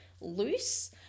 loose